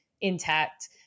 intact